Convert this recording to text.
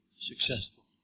successful